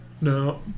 No